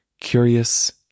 curious